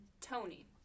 Tony